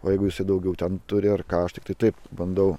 o jeigu jisai daugiau ten turi ar ką aš tiktai taip bandau